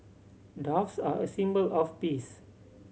doves are a symbol of peace